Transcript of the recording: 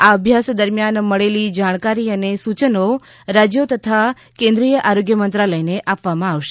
આ અભ્યાસ દરમિયાન મળેલી જાણકારી અને સૂચનો રાજ્યો તથા કેન્દ્રિય આરોગ્ય મંત્રાલયને અપાશે